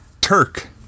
Turk